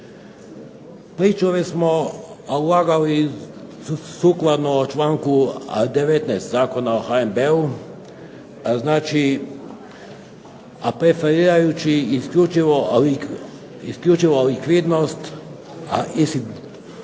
Pričuve smo ulagali sukladno članku 19. Zakona o HNB-u, znači a preferirajući isključivo likvidnost i